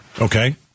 Okay